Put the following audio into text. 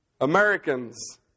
Americans